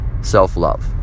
self-love